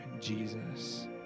Jesus